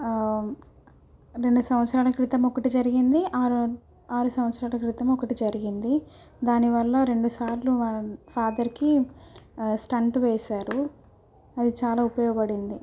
రెండు సమత్సరాల క్రితం ఒకటి జరిగింది ఆరు ఆరు సంత్సరాల క్రితం ఒకటి జరిగింది దానివల్ల రెండు సార్లు ఫాథర్కి స్టంట్ వేసారు అది చాలా ఉపయోగపడింది